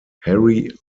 harry